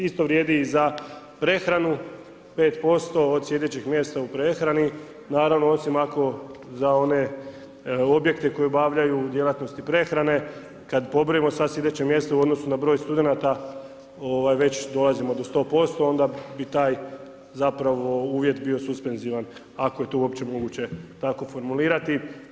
Isto vrijedi i za prehranu, 5% od slijedećih mjesta u prehrani, naravno, osim ako, za one objekte koji obavljaju djelatnosti prehrane, kada pobrojimo sada sljedeće mjesto u odnosu na broj studenata, već dolazimo do 100% onda bi taj zapravo uvjet bio suspenzivan, ako je to uopće moguće tako formulirati.